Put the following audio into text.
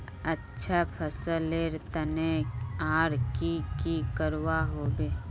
अच्छा फसलेर तने आर की की करवा होबे?